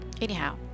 Anyhow